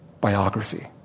biography